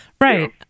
Right